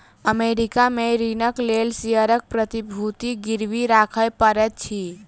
America में ऋणक लेल शेयरक प्रतिभूति गिरवी राखय पड़ैत अछि